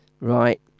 Right